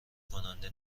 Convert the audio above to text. کننده